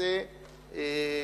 ותימצא מקלקל,